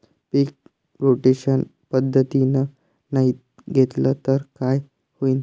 पीक rotation पद्धतीनं नाही घेतलं तर काय होईन?